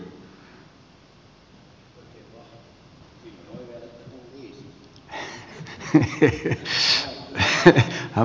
arvoisa puhemies